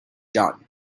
done